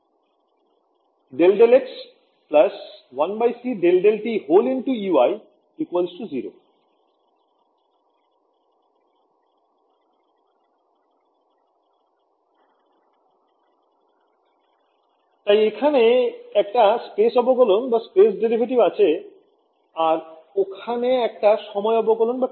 • ∂∂x 1c ∂∂t Ey 0 তাই এখানে একটা স্পেস অবকলন আছে আর ওখানে একটা সময় অবকলন আছে